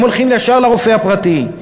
הם הולכים ישר לרופא הפרטי.